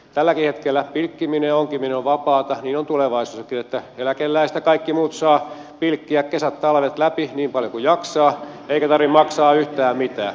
tälläkin hetkellä pilkkiminen ja onkiminen on vapaata niin on tulevaisuudessakin että eläkeläiset ja kaikki muut saavat pilkkiä kesät talvet läpi niin paljon kuin jaksavat eikä tarvitse maksaa yhtään mitään